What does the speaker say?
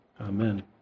Amen